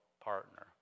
partner